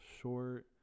short